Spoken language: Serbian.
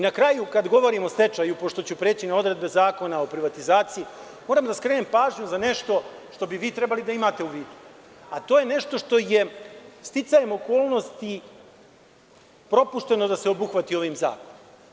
Na kraju, kada govorimo o stečaju, pošto ću preći na odredbe Zakona o privatizaciji, moram da skrenem pažnju na nešto što bi vi trebalo da imate u vidu, a to je nešto, što je sticajem okolnosti propušteno da se obuhvati ovim zakonom.